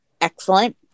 Excellent